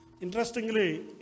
Interestingly